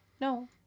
no